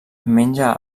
menja